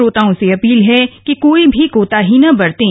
श्रोताओं से अपील है कि कोई भी कोताही न बरतें